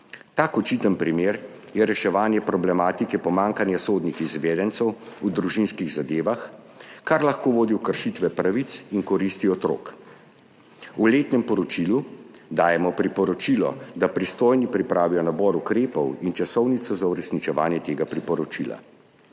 Tak očiten primer je reševanje problematike pomanjkanja sodnih izvedencev v družinskih zadevah, kar lahko vodi v kršitve pravic in koristi otrok. V letnem poročilu dajemo priporočilo, da pristojni pripravijo nabor ukrepov in časovnico za uresničevanje tega priporočila.